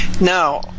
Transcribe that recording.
Now